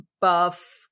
buff